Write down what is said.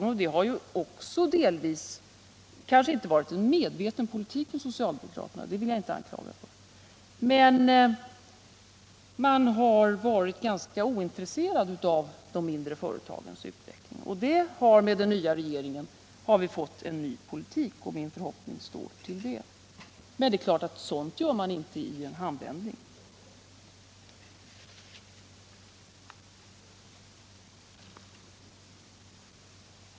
Jag vill inte anklaga socialdemokraterna för att ha fört en medveten politik därvidlag, men ni har varit ganska ointresserade av de mindre företagens utveckling. Där har vi med den nya regeringen fått en ny politik, och min förhoppning står till den. Men det är klart att sådana förändringar gör man inte i en handvändning.